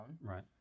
Right